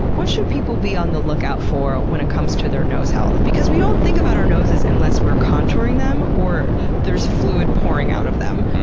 what should people be on the lookout for when it comes to their nose health? because we don't think about our noses unless we're contouring them or there's fluid pouring out of them.